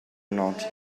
not